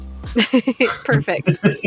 perfect